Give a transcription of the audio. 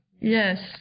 Yes